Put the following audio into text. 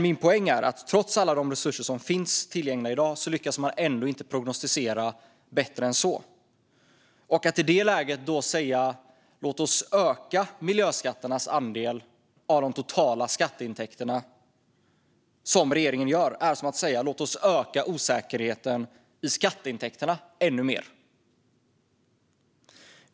Min poäng är att man trots alla de resurser som finns tillgängliga i dag ändå inte lyckas prognostisera bättre. Att i det läget då säga "låt oss öka miljöskatternas andel av de totala skatteintäkterna" som regeringen gör är som att säga låt oss öka osäkerheten i skatteintäkterna ännu mer.